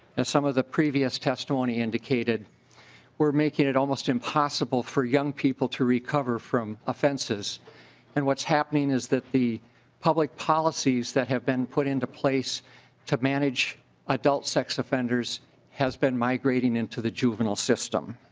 some of the previous testimony indicated we are making it almost impossible for young people to recover from offenses and what's happening is that the public policies that have been put into place to manage adult sex offenders has been migrating into the juvenile system.